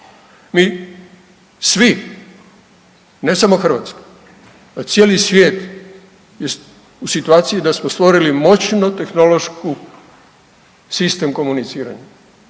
Mi svi, ne samo Hrvatska, cijeli svijet, je u situaciji da smo stvorili moćno tehnološku sistem komuniciranja,